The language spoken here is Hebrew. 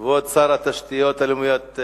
כבוד שר התשתיות הלאומיות,